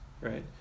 right